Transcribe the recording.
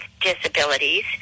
disabilities